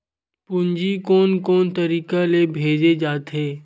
पूंजी कोन कोन तरीका ले भेजे जाथे?